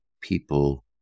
people